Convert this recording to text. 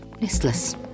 listless